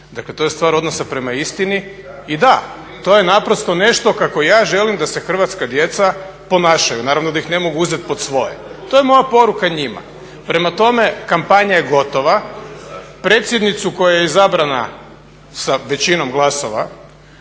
dakle to je stvar odnosa prema istini. I da, to je naprosto nešto kako ja želim da se hrvatska djeca ponašaju, naravno da ih ne mogu uzeti pod svoje. To je moja poruka njima. Prema tome, kampanja je gotova, predsjednicu koja je izabrana sa većinom glasova